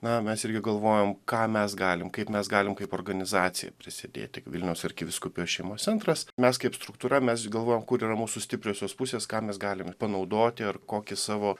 na mes irgi galvojom ką mes galim kaip mes galim kaip organizacija prisidėti vilniaus arkivyskupijos šeimos centras mes kaip struktūra mes galvojom kur yra mūsų stipriosios pusės ką mes galim ir panaudoti ar kokį savo